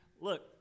look